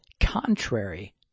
contrary